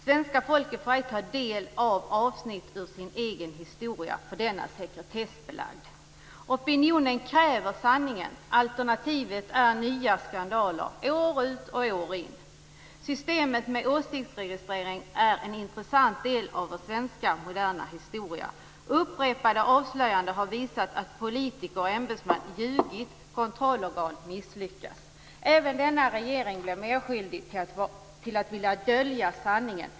Svenska folket får inte ta del av avsnitt ur sin egen historia för den är sekretessbelagd. Opinionen kräver sanningen. Alternativet är nya skandaler år ut och år in. Systemet med åsiktsregistrering är en intressant del av vår svenska moderna historia. Upprepade avslöjanden har visat att politiker och ämbetsmän har ljugit och att kontrollorgan har misslyckats. Även denna regering blir medskyldig till att vilja dölja sanningen.